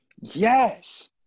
Yes